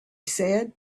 said